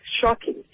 shocking